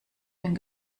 den